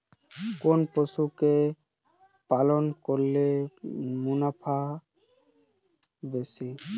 কোন পশু কে পালন করলে মুনাফা বেশি?